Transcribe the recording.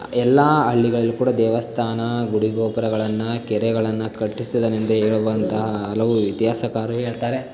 ಎಲ್ಲ ಹಳ್ಳಿಗಳಲ್ಲೂ ಕೂಡ ದೇವಸ್ಥಾನ ಗುಡಿ ಗೋಪುರಗಳನ್ನು ಕೆರೆಗಳನ್ನು ಕಟ್ಟಿಸಿದನೆಂದೇ ಹೇಳುವಂತಹ ಹಲವು ಇತಿಹಾಸಕಾರರು ಹೇಳ್ತಾರೆ